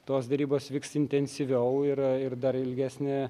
tos derybos vyks intensyviau ir ir dar ilgesnį